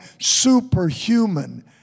superhuman